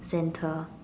center